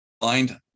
find